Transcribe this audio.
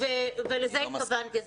לזה התכוונתי.